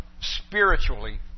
spiritually